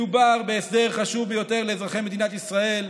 מדובר בהסדר חשוב ביותר לאזרחי מדינת ישראל,